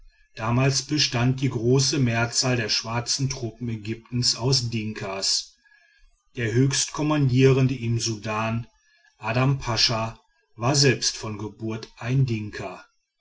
damals bestand die große mehrzahl der schwarzen truppen ägyptens aus dinkas der höchstkommandierende im sudan adam pascha war selbst von geburt ein dinka